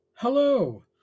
Hello